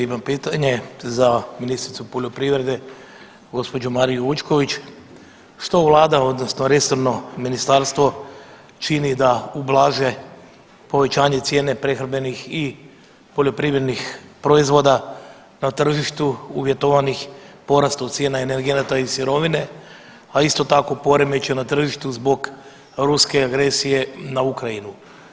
Imam pitanje za ministricu poljoprivrede gospođu Mariju Vučković što Vlada odnosno resorno ministarstvo čini da ublaže povećanje cijene prehrambenih i poljoprivrednih proizvoda na tržištu uvjetovanih porastom cijene energenata i sirovine, a isto tako poremećaj na tržištu zbog ruske agresije na Ukrajinu.